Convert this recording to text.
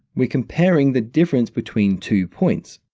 we're comparing the difference between two points.